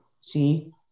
see